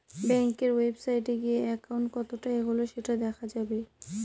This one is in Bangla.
ব্যাঙ্কের ওয়েবসাইটে গিয়ে একাউন্ট কতটা এগোলো সেটা দেখা যাবে